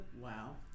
Wow